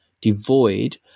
devoid